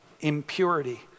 impurity